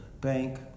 bank